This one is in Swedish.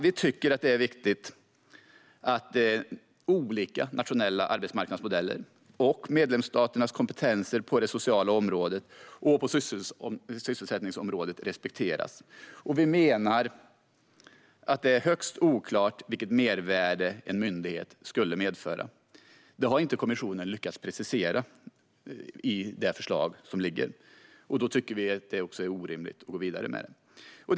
Vi tycker att det är viktigt att olika nationella arbetsmarknadsmodeller och medlemsstaternas kompetenser på det sociala området och sysselsättningsområdet respekteras. Vi menar att det är högst oklart vilket mervärde en myndighet skulle medföra. Det har kommissionen inte lyckats precisera i det förslag som ligger, och då tycker vi att det är orimligt att gå vidare med förslaget.